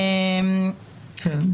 כן.